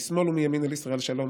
משמאל ומימין על ישראל שלום.